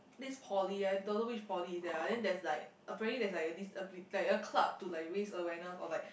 this poly I don't know which poly is that ah then there's like apparently there's a disability like a club to raise awareness or like